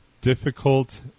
difficult